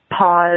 pause